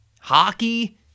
hockey